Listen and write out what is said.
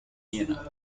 vienna